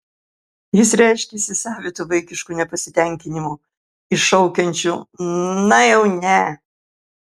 jis reiškiasi savitu vaikišku nepasitenkinimu iššaukiančiu na jau ne